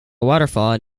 waterfall